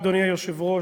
אדוני היושב-ראש,